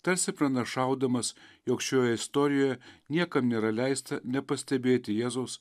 tarsi pranašaudamas jog šioje istorijoje niekam nėra leista nepastebėti jėzaus